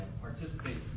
participate